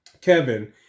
Kevin